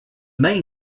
main